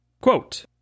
Quote